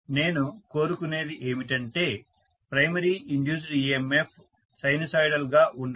నేను కోరుకునేది ఏమిటంటే ప్రైమరీ ఇండ్యూస్డ్ EMF సైనుసోయిడల్ గా ఉండడం